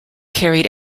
carried